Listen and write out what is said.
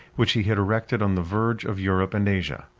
which he had erected on the verge of europe and asia.